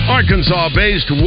Arkansas-based